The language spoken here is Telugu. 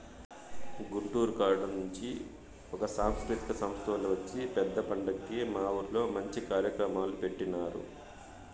గుంటూరు కాడ నుంచి ఒక సాంస్కృతిక సంస్తోల్లు వచ్చి పెద్ద పండక్కి మా ఊర్లో మంచి కార్యక్రమాలు పెట్టినారు